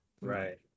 Right